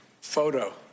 photo